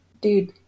dude